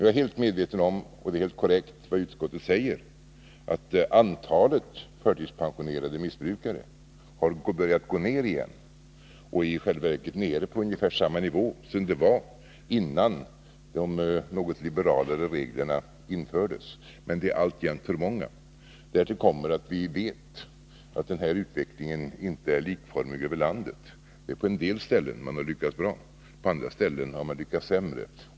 Jag är helt medveten om, och det utskottet säger är helt korrekt, att antalet förtidspensionerade missbrukare har börjat gå ner igen och är i själva verket nere på ungefär samma nivå som det var innan de något liberalare reglerna infördes. Men de är alltjämt för många. Därtill kommer att vi vet att den här utvecklingen inte är likformig över landet. På en del ställen har man lyckats bra, på andra ställen har man lyckats sämre.